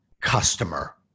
customer